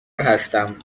هستم